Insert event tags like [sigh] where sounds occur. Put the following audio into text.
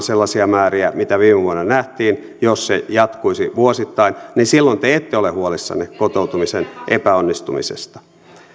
[unintelligible] sellaisia määriä mitä viime vuonna nähtiin jos se jatkuisi vuosittain niin silloin te ette ole huolissanne kotoutumisen epäonnistumisesta